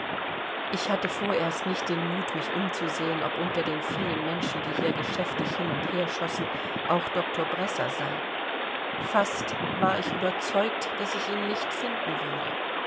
ich hatte vorerst nicht den mut mich umzusehen ob unter den vielen menschen die hier geschäftig hin und her schossen auch doktor bresser sei fast war ich überzeugt daß ich ihn nicht finden würde